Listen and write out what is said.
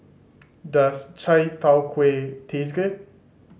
does Chai Tow Kuay taste good